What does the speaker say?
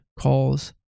calls